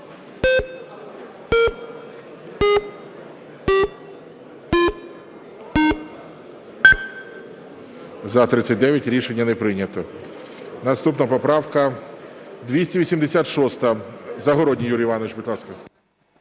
За-39 Рішення не прийнято. Наступна поправка 286. Загородній Юрій Іванович, будь ласка.